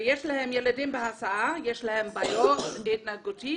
ילדים עם בעיות התנהגותיות